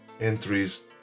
entries